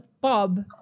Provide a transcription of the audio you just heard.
Bob